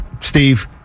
Steve